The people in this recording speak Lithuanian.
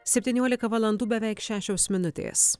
septyniolika valandų beveik šešios minutės